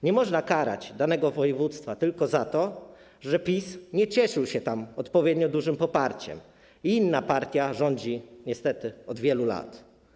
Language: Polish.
Nie można karać danego województwa tylko za to, że PiS nie cieszył się tam odpowiednio dużym poparciem i inna partia niestety rządzi tam od wielu lat.